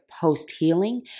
post-healing